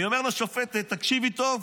אני אומר לשופטת: תקשיבי טוב,